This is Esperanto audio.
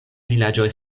vilaĝoj